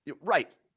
Right